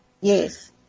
Yes